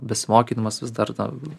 besimokydamas vis dar ten